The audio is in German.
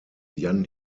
jan